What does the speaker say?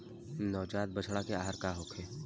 नवजात बछड़ा के आहार का होखे?